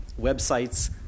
websites